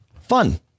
Fun